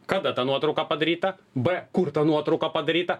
kada ta nuotrauka padaryta b kur ta nuotrauka padaryta